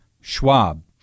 Schwab